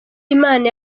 imana